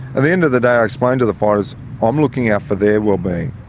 and the end of the day, i explained to the fighters i'm looking out for their wellbeing.